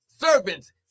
Servants